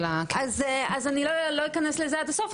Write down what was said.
אני לא אכנס לזה עד הסוף,